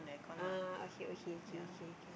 ah okay okay K K K